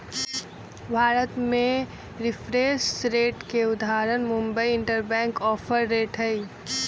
भारत में reference rate के उदाहरण मुंबई इंटरबैंक ऑफर रेट हइ